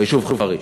ביישוב חריש.